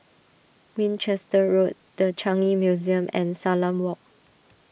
Winchester Road the Changi Museum and Salam Walk